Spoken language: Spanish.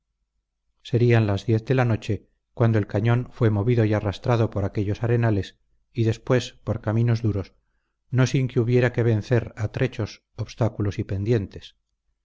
serían las diez de la noche cuando el cañón fue movido y arrastrado por aquellos arenales y después por caminos duros no sin que hubiera que vencer a trechos obstáculos y pendientes